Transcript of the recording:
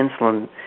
insulin